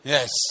Yes